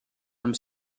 amb